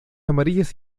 amarillas